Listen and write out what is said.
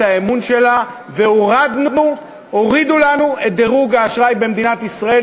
האמון שלה והורידו לנו את דירוג האשראי של מדינת ישראל